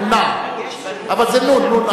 "א-נעם", "א-נעם", אבל זה נו"ן.